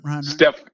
Steph